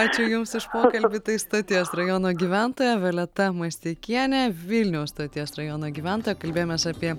ačiū jums už pokalbį tai stoties rajono gyventoja violeta masteikienė vilniaus stoties rajono gyventoja kalbėjomės apie